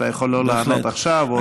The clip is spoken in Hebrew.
אתה יכול לא לענות עכשיו או,